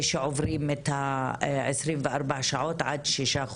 שעוברות 24 שעות ועד שעוברים 6 חודשים,